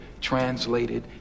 translated